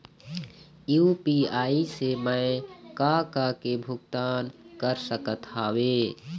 UPI से मैं का का के भुगतान कर सकत हावे?